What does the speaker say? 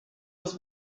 was